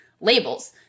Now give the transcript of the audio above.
labels